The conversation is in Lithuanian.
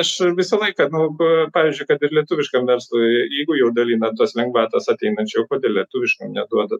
aš visą laiką nu pavyzdžiui kad ir lietuviškam verslui jeigu jau dalina tas lengvatas ateinančių o kodėl lietuviškom neduoda